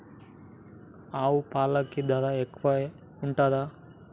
ఆవు పాలకి ధర ఎక్కువే ఉంటదా?